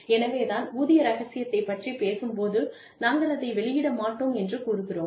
எனவே தான் ஊதிய ரகசியத்தைப் பற்றி பேசும்போது நாங்கள் அதை வெளியிட மாட்டோம் என்று கூறுகிறோம்